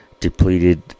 depleted